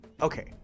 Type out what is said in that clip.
Okay